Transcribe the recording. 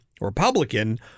Republican